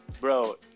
Bro